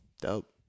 Dope